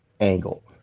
angle